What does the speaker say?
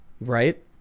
right